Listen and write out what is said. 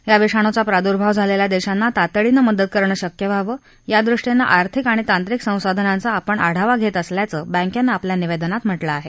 या विषाणूचा प्रादुर्भाव झालेल्या देशांना तातडीनं मदत करणं शक्य व्हावं यादृष्टीनं आर्थिक आणि तांत्रिक संसधनाचा आपण आढावा घेत असल्याचं बँकेंन आपल्या निवेदनात म्हटलं आहे